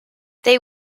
they